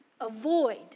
Avoid